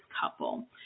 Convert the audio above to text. couple